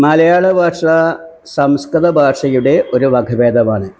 മലയാള ഭാഷാ സംസ്കൃത ഭാഷയുടെ ഒരു വക ഭേദമാണ്